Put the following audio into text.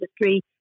industry